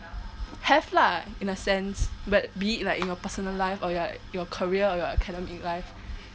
have lah in a sense but be it like in your personal life or like your career or your academic life